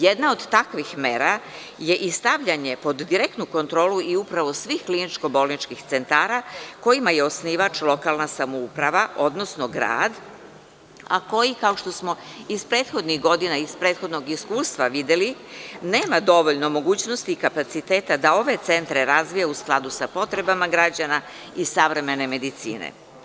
Jedna od takvih mera je i stavljanje pod direktnu kontrolu i upravo svi kliničko-bolničkih centara kojima je osnivač lokalna samouprava, odnosno grad, a koji, kao što smo iz prethodnih godina, iz prethodnog iskustva videli nema dovoljno mogućnosti, kapaciteta, da ove centre razvija u skladu sa potrebama građana i savremene medicine.